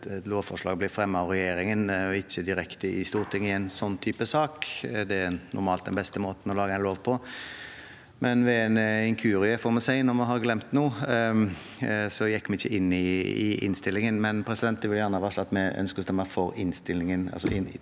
lovforslag blir fremmet av regjeringen og ikke direkte i Stortinget i en sånn type sak. Det er normalt den beste måten å lage en lov på. Ved en inkurie – får vi si, når man har glemt noe – gikk vi ikke inn for tilrådingen i innstillingen, men jeg vil gjerne varsle at vi ønsker å stemme for innstillingen